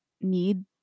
need